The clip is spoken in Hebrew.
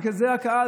בגלל הקהל,